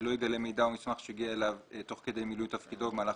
לא יגלה מידע או מסמך שהגיע אליו תוך כדי מילוי תפקידו או במהלך